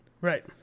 Right